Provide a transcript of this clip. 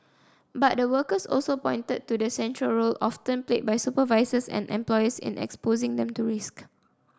but the workers also pointed to the central role often played by supervisors and employers in exposing them to risk